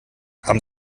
haben